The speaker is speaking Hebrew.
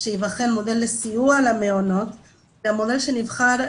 שייבחן מודל לסיוע למעונות והמודל שנבחר,